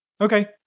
okay